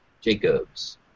Jacobs